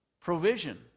provision